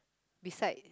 beside